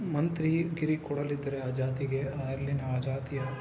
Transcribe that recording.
ಮಂತ್ರಿಗಿರಿ ಕೊಡಲಿದ್ರೆ ಆ ಜಾತಿಗೆ ಅಲ್ಲಿನ ಜಾತಿಯ